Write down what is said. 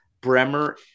Bremer